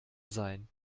sein